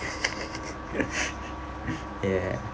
ya